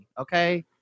okay